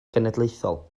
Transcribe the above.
genedlaethol